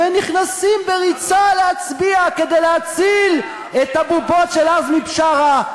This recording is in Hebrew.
ונכנסים בריצה להצביע כדי להציל את הבובות של עזמי בשארה,